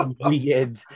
weird